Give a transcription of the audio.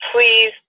Please